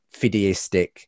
fideistic